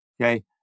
okay